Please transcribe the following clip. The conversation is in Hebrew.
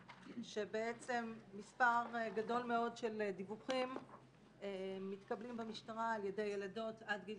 שבעצם מספר גדול מאוד של דיווחים מתקבלים במשטרה על ידי ילדות עד גיל